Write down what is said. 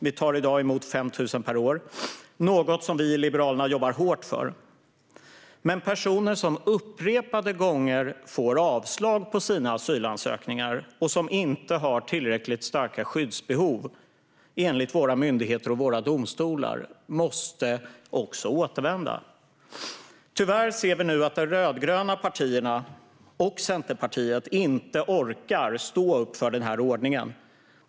Vi tar i dag emot 5 000 per år. Det är något som vi i Liberalerna jobbar hårt för. Men personer som upprepade gånger får avslag på sina asylansökningar och som inte har tillräckligt starka skyddsbehov enligt våra myndigheter och domstolar måste också återvända. Tyvärr ser vi nu att de rödgröna partierna och Centerpartiet inte orkar stå upp för den ordningen.